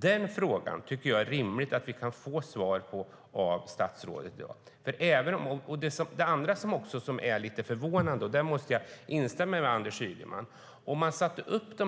Den frågan tycker jag att det är rimligt att vi kan få svar på av statsrådet i dag. Anders Ygeman sade att man satte upp dessa